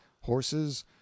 horses